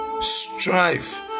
strife